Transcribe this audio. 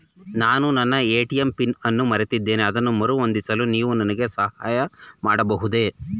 ನಾನು ನನ್ನ ATM PIN ಅನ್ನು ಮರೆತಿದ್ದೇನೆ ಅದನ್ನು ಮರುಹೊಂದಿಸಲು ನೀವು ನನಗೆ ಸಹಾಯ ಮಾಡಬಹುದೇ?